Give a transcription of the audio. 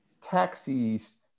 taxis